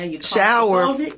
shower